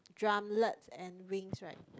drumlets and wings right